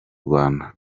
rwanda